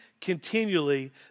continually